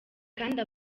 kandi